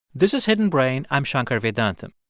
this is hidden brain. i'm shankar vedantam.